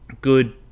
good